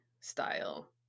style